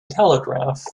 telegraph